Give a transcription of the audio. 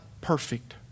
perfect